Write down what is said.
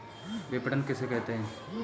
विपणन किसे कहते हैं?